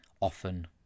often